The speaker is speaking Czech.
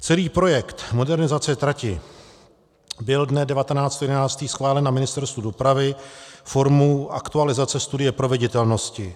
Celý projekt modernizace trati byl dne 19. 11. schválen na Ministerstvu dopravy formu aktualizace studie proveditelnosti.